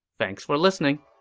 thanks for listening!